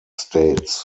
states